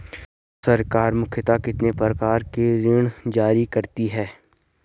सरकार मुख्यतः कितने प्रकार के ऋण जारी करती हैं?